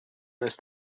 ist